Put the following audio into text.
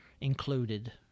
included